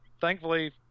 thankfully